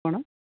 କ'ଣ